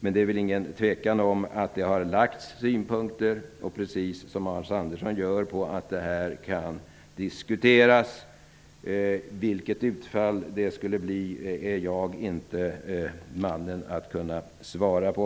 Men det råder väl inget tvivel om att det har framkommit synpunkter, precis som Hans Andersson påpekar, på att frågan kan diskuteras. Vilket utfall det skall bli är jag inte mannen att svar på.